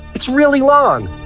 it's really long.